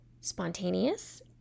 spontaneous